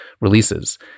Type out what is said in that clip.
releases